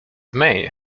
may